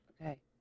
Okay